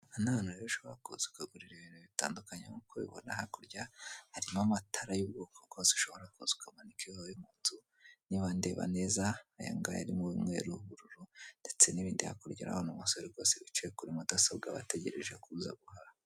Aha ni ahantu rero ushobora kuza ukagurira ibintu bitandukanye nkuko ubibona hakurya, harimo amatara y'ubwoko bwose ushobora kuza ukamanika iwawe mu nzu. Niba ndeba neza aya ngaya arimo umweru n'ubururu ndetse n'ibindi, hakurya urahabona umusore rwose wicaye kuri mudasobwa abategereje ko uza guhaha.